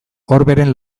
orberen